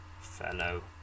fellow